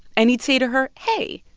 and he'd say to her, hey.